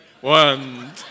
one